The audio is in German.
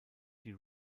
die